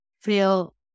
feel